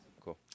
Cool